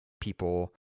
people